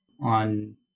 on